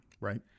Right